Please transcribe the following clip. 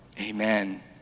Amen